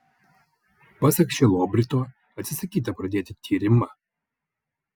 pasak šilobrito atsisakyta pradėti tyrimą